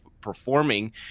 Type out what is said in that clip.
performing